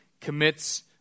commits